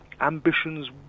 ambitions